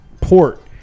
port